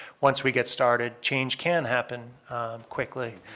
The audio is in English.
once we get started, change can happen quickly.